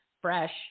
fresh